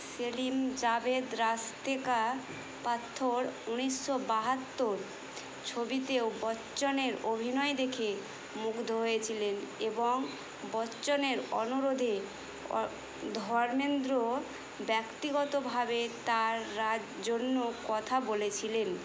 সেলিম জাভেদ রাস্তে কা পাত্থর উনিশশো বাহাত্তর ছবিতেও বচ্চনের অভিনয় দেখে মুগ্ধ হয়েছিলেন এবং বচ্চনের অনুরোধে অ ধর্মেন্দ্রও ব্যক্তিগতভাবে তারার জন্য কথা বলেছিলেন